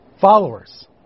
followers